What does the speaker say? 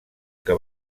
que